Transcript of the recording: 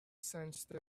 sensed